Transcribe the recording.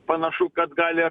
panašu kad gali